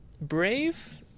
Brave